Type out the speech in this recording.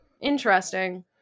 interesting